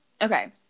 Okay